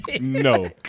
No